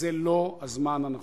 זה לא הזמן הנכון.